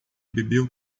bebeu